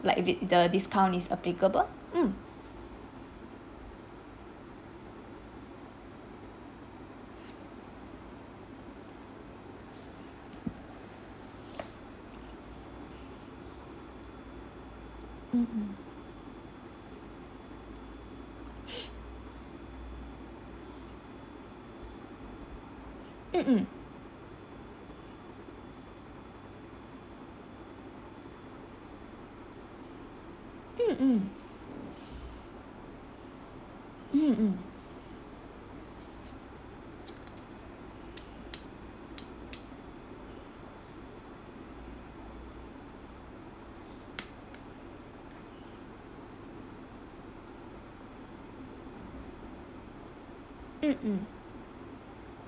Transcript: like if it the discount is applicable mm mmhmm mm mm mmhmm mm mm mmhmm